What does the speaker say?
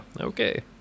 okay